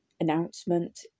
announcement